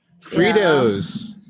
Fritos